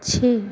छ